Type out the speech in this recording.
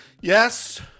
Yes